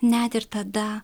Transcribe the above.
net ir tada